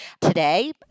today